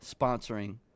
sponsoring